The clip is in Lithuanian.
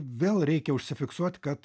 vėl reikia užsifiksuot kad